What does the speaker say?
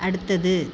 அடுத்தது